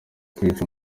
kwica